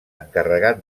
encarregat